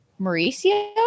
Mauricio